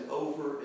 over